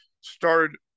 started